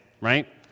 right